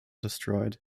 destroyed